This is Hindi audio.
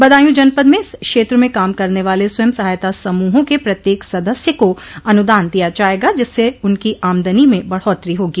बदायूं जनपद में इस क्षेत्र में काम करने वाले स्वयं सहायता समूहों के प्रत्येक सदस्य को अनुदान दिया जायेगा जिससे उनकी आमदनी में बढ़ोत्तरी होगी